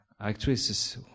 actresses